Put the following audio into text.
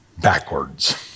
backwards